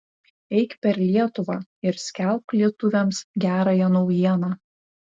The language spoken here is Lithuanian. eik per lietuvą ir skelbk lietuviams gerąją naujieną